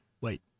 Wait